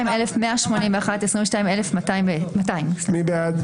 22,201 עד 22,220. מי בעד?